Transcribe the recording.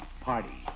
Party